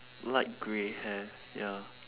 light grey hair ya